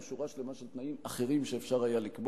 או שורה שלמה של תנאים אחרים שהיה אפשר לקבוע.